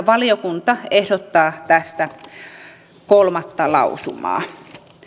valiokunta ehdottaa tästä kolmatta lausumaa